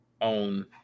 on